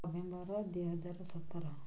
November ଦୁଇହଜାର ସତର